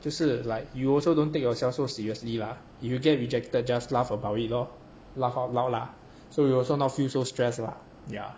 就是 like you also don't take yourself so seriously lah if you get rejected just laugh about it lor laugh out loud lah so you also now feel so stress lah ya